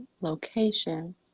location